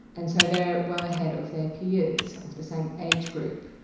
and so they're well ahead of their peers of the same age group.